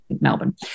Melbourne